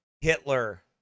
Hitler